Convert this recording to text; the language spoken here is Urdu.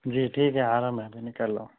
جی ٹھیک ہے آ رہا ہوں میں ابھی نکل رہا ہوں